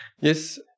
Yes